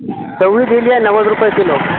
चवळी गेली आहे नव्वद रुपये किलो